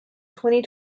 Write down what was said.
twenty